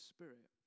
Spirit